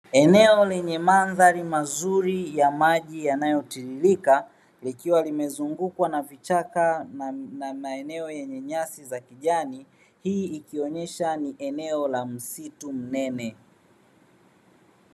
Eneo lenye madhaari mazuri ya maji yanayo tiririka, likiwa limezungukwa na vichaka na maeneo yenye nyasi za kijani, hii inaonyesha ni eneo la msitu mnene.